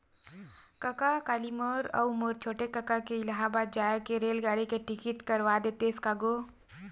कका काली मोर अऊ मोर छोटे कका के इलाहाबाद जाय के रेलगाड़ी के टिकट करवा देतेस का गो